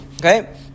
Okay